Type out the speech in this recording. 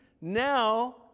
now